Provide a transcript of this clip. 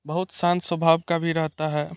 बहुत शांत स्वभाव का भी रहता है